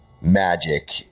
magic